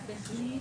בוודאי,